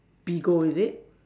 Bigo is it